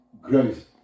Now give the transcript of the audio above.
grace